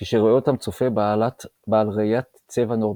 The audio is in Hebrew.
כשרואה אותם צופה בעל ראיית צבע נורמטיבית.